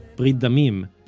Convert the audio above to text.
brit damim,